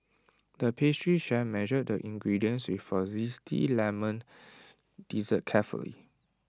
the pastry chef measured the ingredients for Zesty Lemon Dessert carefully